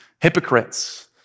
hypocrites